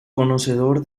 conocedor